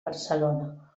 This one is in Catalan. barcelona